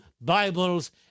Bibles